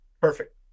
Perfect